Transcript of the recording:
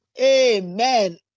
Amen